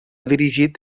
dirigit